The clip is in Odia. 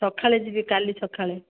ସକାଳେ ଯିବି କାଲି ସକାଳେ